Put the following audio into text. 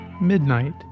Midnight